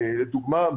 לדוגמה,